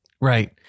right